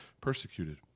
persecuted